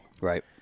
Right